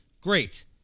Great